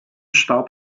starb